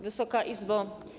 Wysoka Izbo!